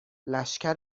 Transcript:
لشکر